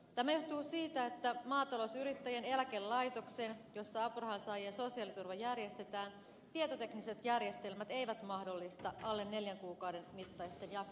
tämä johtuu siitä että maatalousyrittäjien eläkelaitoksen jossa apurahansaajien sosiaaliturva järjestetään tietotekniset järjestelmät eivät mahdollista alle neljän kuukauden mittaisten jaksojen käsittelyä